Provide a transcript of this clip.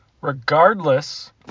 regardless